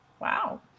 Wow